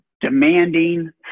demanding